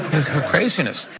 craziness.